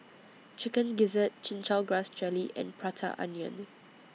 Chicken Gizzard Chin Chow Grass Jelly and Prata Onion